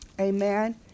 Amen